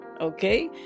Okay